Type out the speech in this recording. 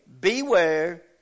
Beware